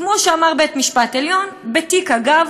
כמו שאמר בית-המשפט העליון: "בתיק הגב